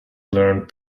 learned